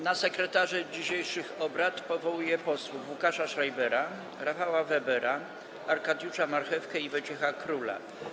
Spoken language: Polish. Na sekretarzy dzisiejszych obrad powołuję posłów Łukasza Schreibera, Rafała Webera, Arkadiusza Marchewkę i Wojciecha Króla.